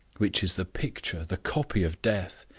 which is the picture, the copy of death,